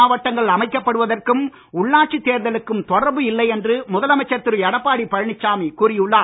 மாவட்டங்கள் அமைக்கப்படுவதற்கும் தமிழகத்தில் புதிய உள்ளாட்சி தேர்தலுக்கும் தொடர்பு இல்லை என்று முதலமைச்சர் திரு எடப்பாடி பழனிசாமி கூறி உள்ளார்